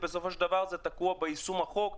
ובסוף זה תקוע ביישום החוק.